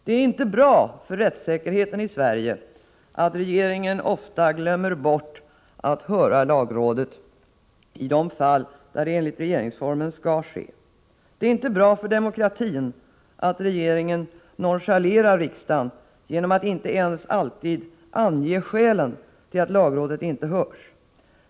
Det är inte bra för rättssäkerheten i Sverige att regeringen ofta glömmer bort att höra lagrådet i de fall där det enligt regeringsformen skall ske, och det är inte bra för demokratin att regeringen nonchalerar riksdagen genom att inte ens alltid ange skälen till att lagrådet inte har hörts.